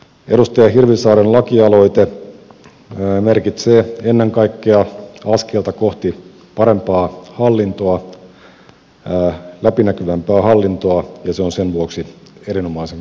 edustaja hirvisaaren lakialoite merkitsee ennen kaikkea askelta kohti parempaa hallintoa läpinäkyvämpää hallintoa ja se on sen vuoksi erinomaisen kannatettava